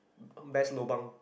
best lobang